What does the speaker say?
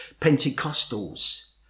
Pentecostals